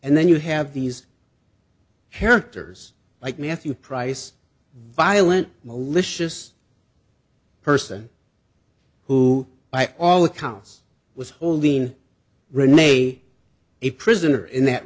and then you have these characters like matthew price violent malicious person who by all accounts was holding renee a prisoner in that